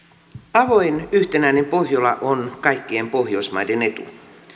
avoin yhtenäinen pohjola on kaikkien pohjoismaiden etu